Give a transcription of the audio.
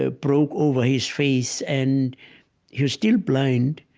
ah broke over his face, and he was still blind,